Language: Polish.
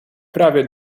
prawie